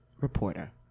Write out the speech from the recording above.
reporter